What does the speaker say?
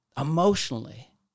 emotionally